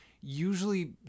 usually